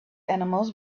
animals